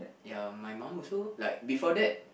ya my mum also like before that